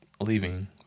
leaving